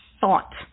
thought